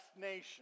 nation